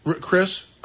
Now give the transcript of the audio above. Chris